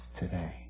today